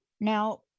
Now